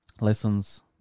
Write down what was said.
lessons